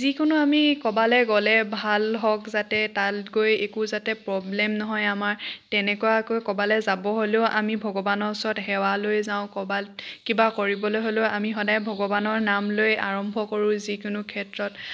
যিকোনো আমি ক'ৰবালৈ গ'লে ভাল হওক যাতে তাত গৈ একো যাতে প্ৰব্লেম নহয় আমাৰ তেনেকুৱাকৈ ক'বালৈ যাব হ'লেও আমি ভৱগানৰ ওচৰত সেৱা লৈ যাওঁ ক'ৰবাত কিবা কৰিবলৈ হ'লেও আমি সদাই ভগৱানৰ নাম লৈ আৰম্ভ কৰো যিকোনো ক্ষেত্ৰত